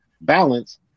balance